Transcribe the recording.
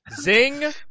zing